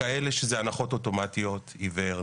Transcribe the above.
כאלה שזה הנחות אוטומטיות עיוור,